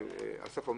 אנחנו